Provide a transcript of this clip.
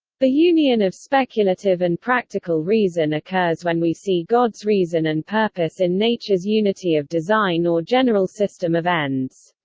the union of speculative and practical reason occurs when we see god's reason and purpose in nature's unity of design or general system of ends.